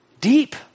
Deep